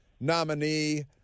nominee